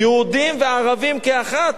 יהודים וערבים כאחת.